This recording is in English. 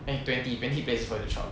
eh twenty twenty places for you to chop